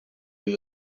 have